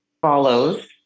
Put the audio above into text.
follows